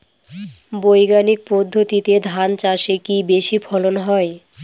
বৈজ্ঞানিক পদ্ধতিতে ধান চাষে কি বেশী ফলন হয়?